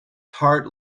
heart